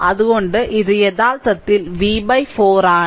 അതിനാൽ ഇത് യഥാർത്ഥത്തിൽ v 4 ആണ്